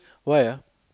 why ah